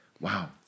Wow